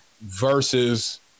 versus